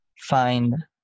find